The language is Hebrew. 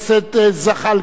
הכנסת זחאלקה,